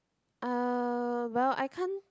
uh well I can't